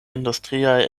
industriaj